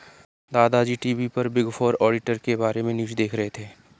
दादा जी टी.वी पर बिग फोर ऑडिटर के बारे में न्यूज़ देख रहे थे